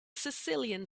sicilian